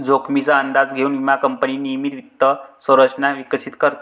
जोखमीचा अंदाज घेऊन विमा कंपनी नियमित वित्त संरचना विकसित करते